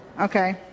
Okay